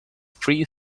free